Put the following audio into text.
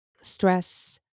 stress